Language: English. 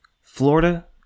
Florida